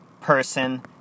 person